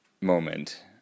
moment